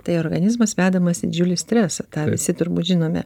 tai organizmas vedamas į didžiulį stresą visi turbūt žinome